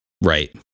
Right